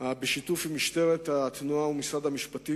בשיתוף עם משטרת התנועה ועם משרד המשפטים.